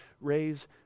raise